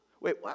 Wait